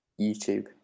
YouTube